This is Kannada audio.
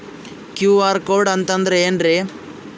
ಕ್ಯೂ.ಆರ್ ಕೋಡ್ ಅಂತಂದ್ರ ಏನ್ರೀ?